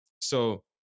So-